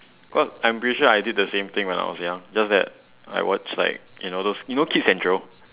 cause I'm pretty sure I did the same thing when I was young just that I watch like you know those you know kids central